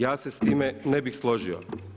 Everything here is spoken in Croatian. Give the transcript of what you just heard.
Ja se s time ne bih složio.